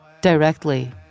Directly